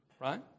Right